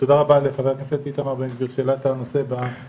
תודה רבה לחבר הכנסת איתמר בן גביר שהעלה את הנושא במליאה.